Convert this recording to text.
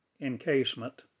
encasement